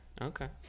okay